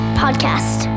podcast